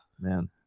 man